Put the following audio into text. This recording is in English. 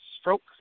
stroke